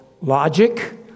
logic